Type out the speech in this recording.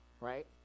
Right